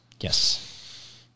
Yes